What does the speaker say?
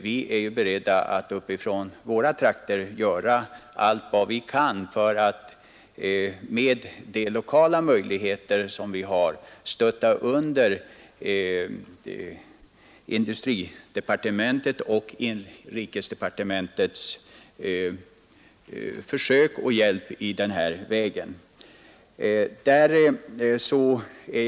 Vi är i våra trakter beredda att göra allt vad vi kan för att med de lokala möjligheter som vi har stötta under industridepartementets och inrikesdepartementets försök att hjälpa oss i detta avseende.